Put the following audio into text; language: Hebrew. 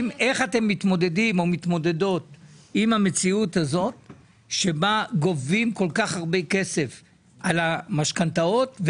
או מתמודדות עם המציאות שבה גובים כל כך הרבה כסף על משכנתאות,